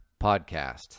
podcast